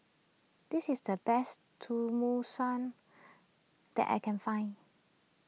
this is the best Tenmusu that I can find